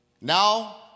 Now